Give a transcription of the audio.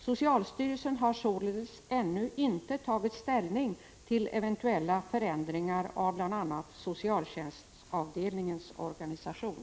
Socialstyrelsen har således ännu inte tagit ställning till eventuella förändringar av bl.a. socialtjänstavdelningens organisation.